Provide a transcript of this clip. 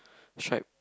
striped